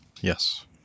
Yes